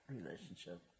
relationship